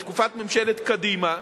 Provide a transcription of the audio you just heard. בתקופת ממשלת קדימה,